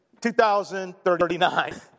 2039